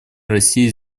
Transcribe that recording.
россией